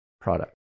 product